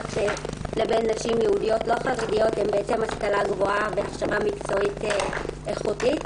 לבין נשים יהודיות לא חרדיות הם השכלה גבוהה והכשרה מקצועית איכותית.